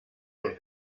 von